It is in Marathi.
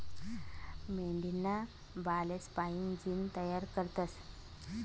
मेंढीना बालेस्पाईन जीन तयार करतस